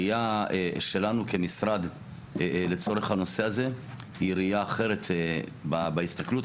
הראיה שלנו כמשרד לצורך הנושא זה היא ראיה אחרת בהסתכלות.